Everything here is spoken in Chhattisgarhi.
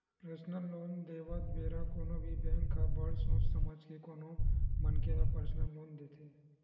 परसनल लोन देवत बेरा कोनो भी बेंक ह बड़ सोच समझ के कोनो मनखे ल परसनल लोन देथे